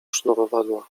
sznurowadła